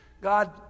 God